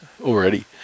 Already